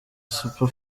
super